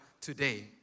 today